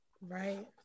right